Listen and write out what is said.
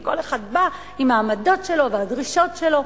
וכל אחד בא עם העמדות שלו והדרישות שלו.